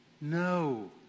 No